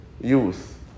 youth